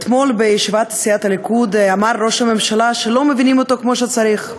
אתמול בישיבת סיעת הליכוד אמר ראש הממשלה שלא מבינים אותו כמו שצריך,